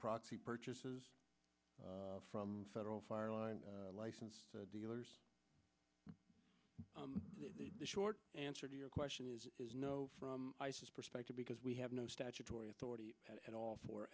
proxy purchases from federal fire line licensed dealers the short answer to your question is is no from isis perspective because we have no statutory authority at all for